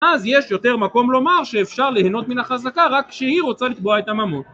אז יש יותר מקום לומר שאפשר ליהנות מן החזקה רק כשהיא רוצה לקבוע את הממון